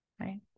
Right